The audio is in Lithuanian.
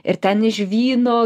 ir ten iš žvyno